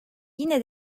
yine